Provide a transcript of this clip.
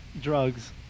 drugs